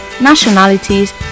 nationalities